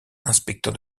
inspecteur